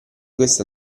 questo